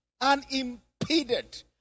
unimpeded